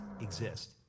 exist